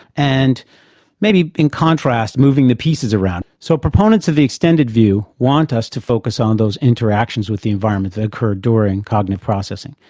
and maybe in contrast moving the pieces around. so, proponents of the extended view want us to focus on those interactions with the environment that occur during cognitive processing.